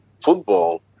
football